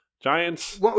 Giants